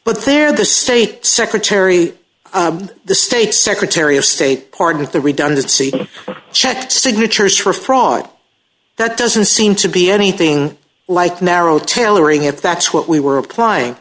but there the state secretary the state secretary of state department the redundancy checked signatures for fraud that doesn't seem to be anything like narrow tailoring it that's what we were applying